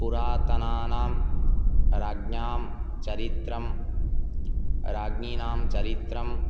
पुरातनानां राज्ञां चरित्रं राज्ञीनां चरित्रं